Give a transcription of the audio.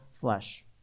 flesh